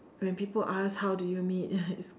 when people ask how do you meet it's